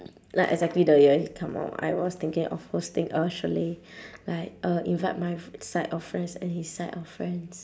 like exactly the year he come out I was thinking of hosting a chalet like uh invite my f~ side of friends and his side of friends